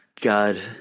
God